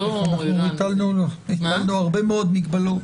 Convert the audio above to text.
להיפך, אנחנו הטלנו הרבה מאוד מגבלות.